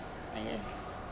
I guess